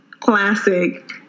classic